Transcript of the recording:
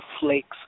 flakes